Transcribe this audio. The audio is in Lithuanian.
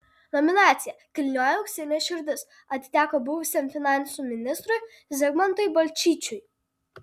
nominacija kilnioji auksinė širdis atiteko buvusiam finansų ministrui zigmantui balčyčiui